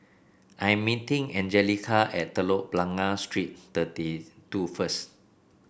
I am meeting Anjelica at Telok Blangah Street Thirty two first